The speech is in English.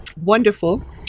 wonderful